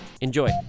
enjoy